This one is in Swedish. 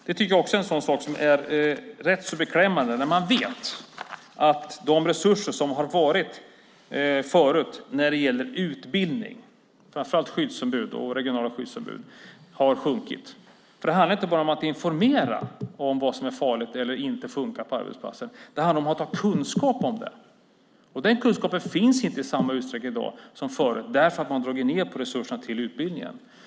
Det tycker jag är en sak som också är rätt beklämmande när man vet att de resurser som förut har funnits till utbildning framför allt av skyddsombud och regionala skyddsombud har minskat. Det handlar inte bara om att informera om vad som är farligt eller som inte funkar på arbetsplatsen. Det handlar också om att ha kunskap om det. Den kunskapen finns inte i dag i samma utsträckning som förut därför att man har dragit ned på resurserna till utbildningen.